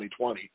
2020